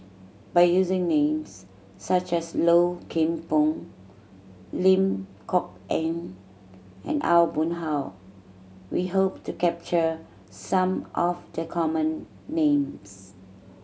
by using names such as Low Kim Pong Lim Kok Ann and Aw Boon Haw we hope to capture some of the common names